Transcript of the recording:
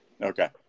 Okay